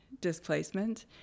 displacement